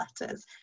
letters